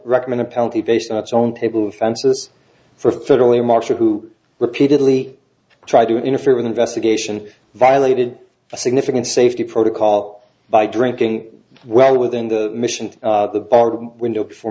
recommend a penalty based on its own table offenses for federally marcher who repeatedly tried to interfere with investigation violated a significant safety protocol by drinking well within the mission window for